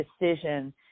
decision